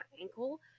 ankle